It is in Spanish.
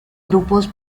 grupos